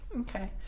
okay